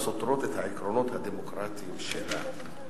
או סותרות את העקרונות הדמוקרטיים שלה.